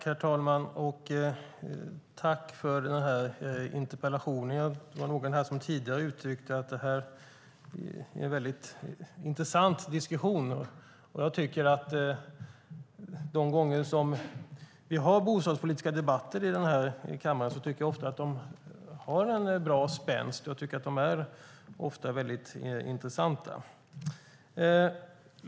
Herr talman! Jag tackar för interpellationen. Någon uttryckte tidigare att detta är en intressant diskussion. Jag tycker att de gånger vi har bostadspolitiska debatter i kammaren har de en bra spänst och är intressanta.